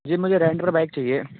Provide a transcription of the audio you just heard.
जी मुझे रेंट पर बाइक चाहिए